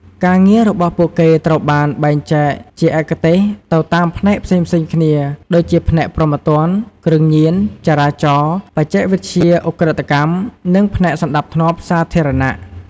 ការងាររបស់ពួកគេត្រូវបាន បែងចែកជាឯកទេស ទៅតាមផ្នែកផ្សេងៗគ្នា ដូចជាផ្នែកព្រហ្មទណ្ឌ គ្រឿងញៀន ចរាចរណ៍ បច្ចេកវិទ្យាឧក្រិដ្ឋកម្ម និងផ្នែកសណ្តាប់ធ្នាប់សាធារណៈ។